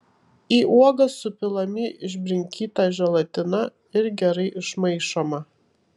į uogas supilami išbrinkyta želatina ir gerai išmaišoma